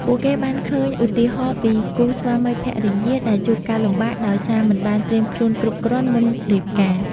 ពួកគេបានឃើញឧទាហរណ៍ពីគូស្វាមីភរិយាដែលជួបការលំបាកដោយសារមិនបានត្រៀមខ្លួនគ្រប់គ្រាន់មុនរៀបការ។